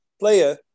Player